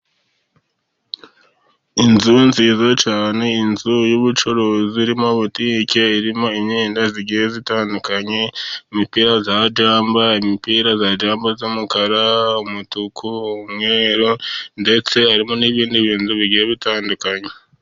Inzu nziza cyane, inzu y'ubucuruzi irimo butike irimo imyenda igiye itandukanye, imipira ya jampa, imipira ya za jampa z'umukara, umutuku, umweru, ndetse harimo n'ibindi bintu bigiye bitandukanye.